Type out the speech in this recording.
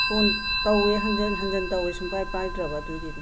phone ꯇꯧꯋꯦ ꯍꯟꯖꯟ ꯍꯟꯖꯟ ꯇꯧꯋꯦ ꯁꯨꯡꯄꯥꯏ ꯄꯥꯏꯔꯛꯇ꯭ꯔꯕ ꯑꯗꯨꯒꯤꯅꯤ